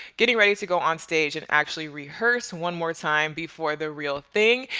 getting ready to go on stage, and actually rehearse one more time before the real thing.